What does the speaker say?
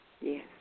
Yes